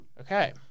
Okay